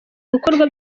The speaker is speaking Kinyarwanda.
gukorwa